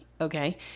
okay